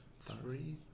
three